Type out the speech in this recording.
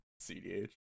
cdh